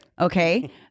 Okay